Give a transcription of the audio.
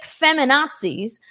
feminazis